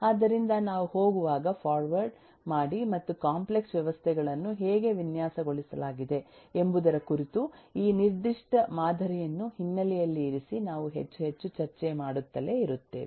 ಆದ್ದರಿಂದ ನಾವು ಹೋಗುವಾಗ ಫಾರ್ವರ್ಡ್ ಮಾಡಿ ಮತ್ತು ಕಾಂಪ್ಲೆಕ್ಸ್ ವ್ಯವಸ್ಥೆಗಳನ್ನು ಹೇಗೆ ವಿನ್ಯಾಸಗೊಳಿಸಲಾಗಿದೆ ಎಂಬುದರ ಕುರಿತು ಈ ನಿರ್ದಿಷ್ಟ ಮಾದರಿಯನ್ನು ಹಿನ್ನೆಲೆಯಲ್ಲಿ ಇರಿಸಿ ನಾವು ಹೆಚ್ಚು ಹೆಚ್ಚು ಚರ್ಚೆ ಮಾಡುತ್ತಲೇ ಇರುತ್ತೇವೆ